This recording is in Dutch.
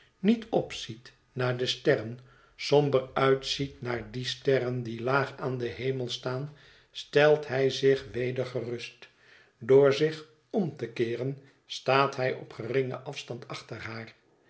niet opziet naar de sterren somber uitziet naar die sterren die laag aan den hemel staan stelt hij zich weder gerust door zich om te keeren staat hij op geringen afstand achter haar